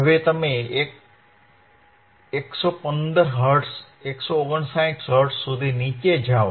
હવે તમે 115 hertz 159 hertz સુધી નીચે જાઓ